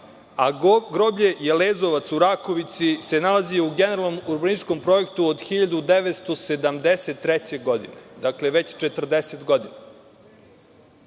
a groblje Jelezovac u Rakovici se nalazi u Generalnom urbanističkom projektu od 1973. godine. Dakle, već 40 godina. Kada